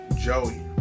Joey